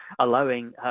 allowing